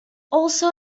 also